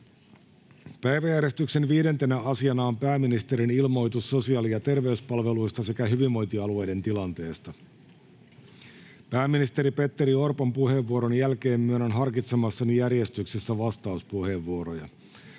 Päiväjärjestyksen 5. asiana on pääministerin ilmoitus sosiaali- ja terveyspalveluista sekä hyvinvointialueiden tilanteesta. Pääministeri Petteri Orpon puheenvuoron jälkeen myönnän harkitsemassani järjestyksessä vastauspuheenvuoroja.